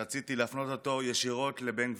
שרציתי להפנות אותו ישירות לבן גביר,